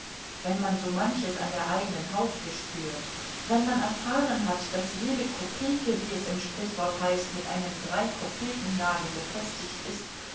wenn man so manches an der eigenen haut gespürt wenn man erfahren hat daß jede kopeke wie es im sprichwort heißt mit einem dreikopekennagel befestigt ist